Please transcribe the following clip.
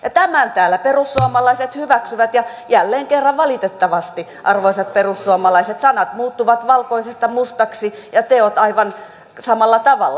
tämän täällä perussuomalaiset hyväksyvät ja jälleen kerran valitettavasti arvoisat perussuomalaiset sanat muuttuvat valkoisesta mustaksi ja teot aivan samalla tavalla